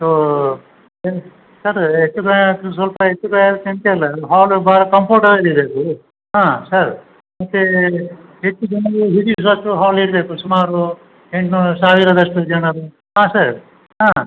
so sir ಹೆಚ್ಚು ಕಡಿಮೆ ಆದ್ರೂ ಸ್ವಲ್ಪ ಹೆಚ್ಚು ಕಡಿಮೆ ಆದರೂ ಚಿಂತೆ ಇಲ್ಲ ಹಾಲು ಭಾಳ ಕಂಪೋರ್ಟಾಗಿ ಇರಬೇಕು ಹಾಂ ಸರ್ ಮತ್ತು ಹೆಚ್ಚು ಜನ ಹಿಡಿಸುವಷ್ಟು ಹಾಲ್ ಇರಬೇಕು ಸುಮಾರು ಎಂಟ್ನೂರು ಸಾವಿರದಷ್ಟು ಜನರು ಹಾಂ ಸರ್ ಹಾಂ